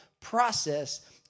process